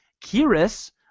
Kiris